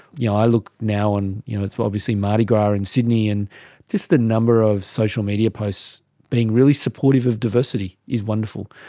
yeah i look now and you know it's obviously mardi gras in sydney and just the number of social media posts being really supportive of diversity is wonderful.